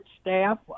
staff